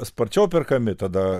sparčiau perkami tada